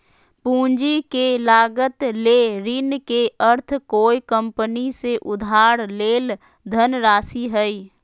पूंजी के लागत ले ऋण के अर्थ कोय कंपनी से उधार लेल धनराशि हइ